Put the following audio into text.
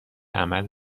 عمل